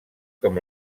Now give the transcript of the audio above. com